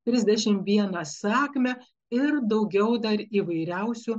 trisdešimt vieną sakmę ir daugiau dar įvairiausių